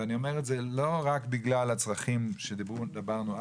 ואני אומר את זה לא רק בגלל הצרכים שדיברנו עד היום.